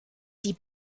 die